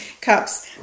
cups